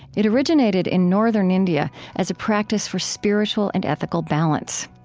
it originated in northern india as a practice for spiritual and ethical balance.